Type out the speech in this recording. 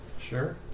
Sure